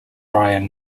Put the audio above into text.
brian